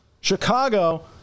chicago